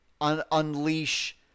unleash